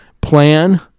Plan